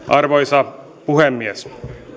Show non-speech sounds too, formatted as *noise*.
*unintelligible* arvoisa puhemies